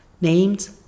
named